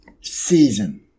season